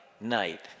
night